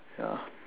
ya